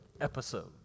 episode